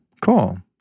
Cool